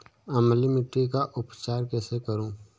अम्लीय मिट्टी का उपचार कैसे करूँ?